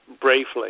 briefly